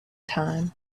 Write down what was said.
time